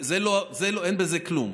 אין בזה כלום.